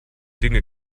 dinge